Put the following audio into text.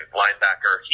linebacker